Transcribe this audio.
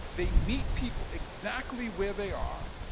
they meet people exactly where they are,